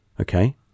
Okay